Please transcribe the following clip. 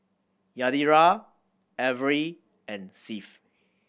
Yadira Avery and Seth